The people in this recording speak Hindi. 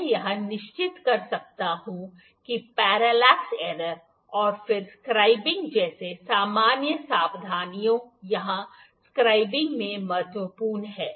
मैं यह निश्चित कर सकता हूं कि पैरेलेक्स एरर और फिर स्क्रिबिंग जैसी सामान्य सावधानियां यहां स्क्रिबिंग में महत्वपूर्ण हैं